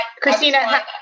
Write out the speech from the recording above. Christina